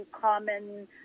common